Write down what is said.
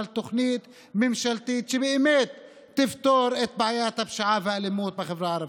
אבל תוכנית ממשלתית שבאמת תפתור את בעיית הפשיעה והאלימות בחברה הערבית.